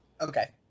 Okay